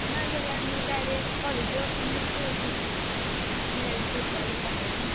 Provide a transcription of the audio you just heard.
नाजाल्यार आमी डायरेक्ट कॉलेजी वचोनच भेट भेट घेतल्यार जाता न्हय